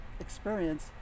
experience